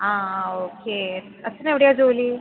ആ ആ ഓക്കെ അച്ഛന് എവിടെയാണ് ജോലി